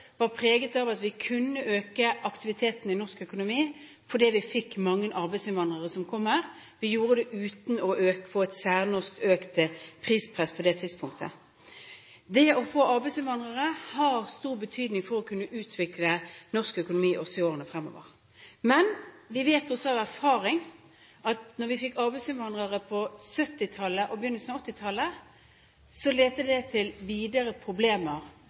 var preget av at vi kunne øke aktiviteten i norsk økonomi fordi vi fikk mange arbeidsinnvandrere. Vi gjorde det uten å få et særnorsk økt prispress på det tidspunktet. Det å få arbeidsinnvandrere har stor betydning for å kunne utvikle norsk økonomi også i årene fremover. Men vi vet også av erfaring at da vi fikk arbeidsinnvandrere på 1970-tallet og i begynnelsen av 1980-tallet, ledet det til videre problemer